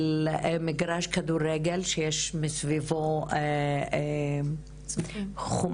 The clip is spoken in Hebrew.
של מגרש כדורגל שיש מסביבו חומה